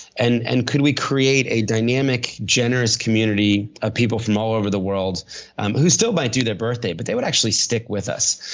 and and could we create a dynamic, generous community of people from all over the world who still might do their birthday but they would actually stick with us.